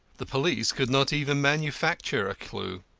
the police could not even manufacture a clue.